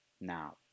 now